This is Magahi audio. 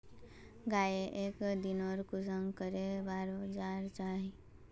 गाय लाक एक दिनोत कुंसम करे बार चारा देना चही?